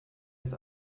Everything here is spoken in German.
ist